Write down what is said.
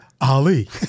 Ali